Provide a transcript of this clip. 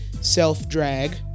self-drag